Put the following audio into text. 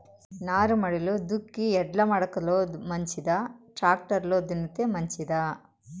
నారుమడిలో దుక్కి ఎడ్ల మడక లో మంచిదా, టాక్టర్ లో దున్నితే మంచిదా?